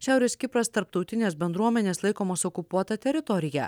šiaurės kipras tarptautinės bendruomenės laikomos okupuota teritorija